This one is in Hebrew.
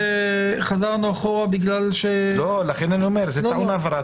חזרנו אחורה בגלל ש --- זה טעון הבהרה,